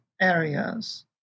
areas